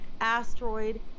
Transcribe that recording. asteroid